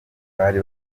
bari